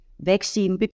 vaccine